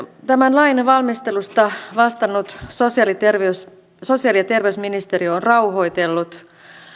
tämän lain valmistelusta vastannut sosiaali ja sosiaali ja terveysministeriö on rauhoitellut